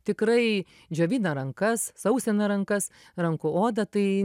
tikrai džiovina rankas sausina rankas rankų odą tai